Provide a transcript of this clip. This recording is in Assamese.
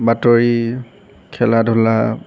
বাতৰি খেলা ধূলা